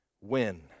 win